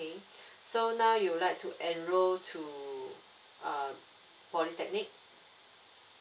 okay so now you would like to enrol to err polytechnic